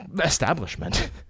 establishment